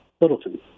Littleton